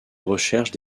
recherche